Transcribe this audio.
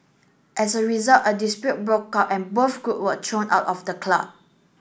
as a result a dispute broke out and both group were thrown out of the club